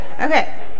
Okay